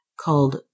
called